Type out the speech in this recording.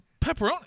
pepperoni